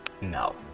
No